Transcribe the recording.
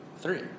three